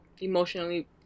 emotionally